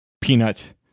peanut